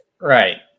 Right